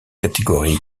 catégorie